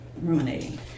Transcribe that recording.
ruminating